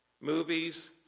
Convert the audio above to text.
Movies